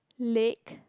lake